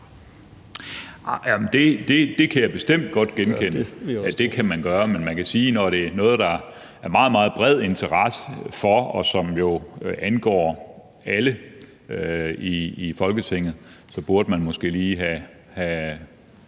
Det kan jeg bestemt godt genkende, men man kan sige, at når det er noget, der er meget, meget bred interesse om, og som jo angår alle i Folketinget, burde man måske lige have